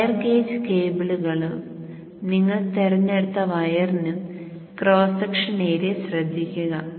wire gauge കേബിളും നിങ്ങൾ തിരഞ്ഞെടുത്ത വയറിനും ക്രോസ് സെക്ഷൻ ഏരിയ ശ്രദ്ധിക്കുക